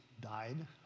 died